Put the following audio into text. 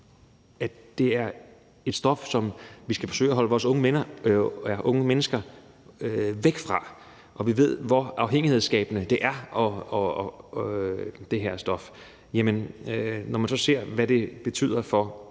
er det et stof, som vi skal forsøge at holde vores unge mennesker væk fra, og vi ved, hvor afhængighedsskabende det her stof er. Når man så ser, hvad det betyder,